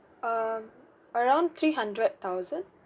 um around three hundred thousand